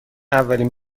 اولین